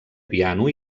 piano